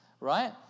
right